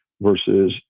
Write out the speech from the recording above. versus